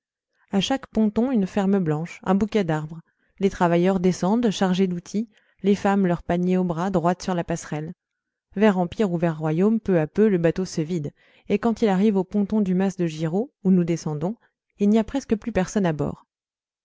à chaque ponton une ferme blanche un bouquet d'arbres les travailleurs descendent chargés d'outils les femmes leur panier au bras droites sur la passerelle vers empire ou vers royaume peu à peu le bateau se vide et quand il arrive au ponton du mas de giraud où nous descendons il n'y a presque plus personne à bord